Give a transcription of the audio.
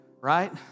Right